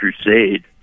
crusade